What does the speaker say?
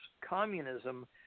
communism